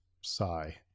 sigh